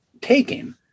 taking